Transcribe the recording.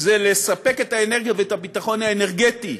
זה לספק את האנרגיה ואת הביטחון האנרגטי